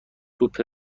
سوپ